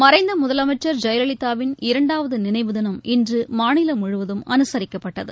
மறைந்த முதலமைச்சர் ஜெயலலிதாவின் இரண்டாவது நினைவு தினம் இன்று மாநிலம் முழுவதும் அனுசரிக்கப்பட்டது